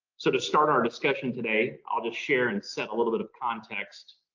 so to start our discussion today, i'll just share and set a little bit of context.